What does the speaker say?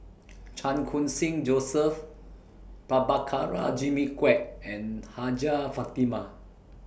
Chan Khun Sing Joseph Prabhakara Jimmy Quek and Hajjah Fatimah